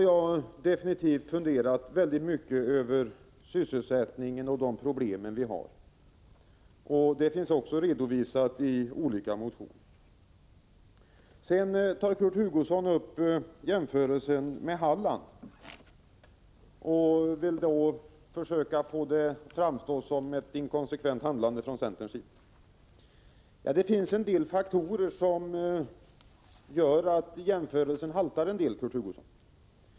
Jag har funderat mycket över sysselsättningen och de problem vi har därvidlag. Det finns också redovisat i olika motioner. Sedan tar Kurt Hugosson upp jämförelsen med Halland och vill försöka få centerns handlande att framstå som inkonsekvent. Det finns en del faktorer som gör att den jämförelsen haltar, Kurt Hugosson.